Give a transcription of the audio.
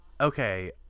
okay